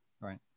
right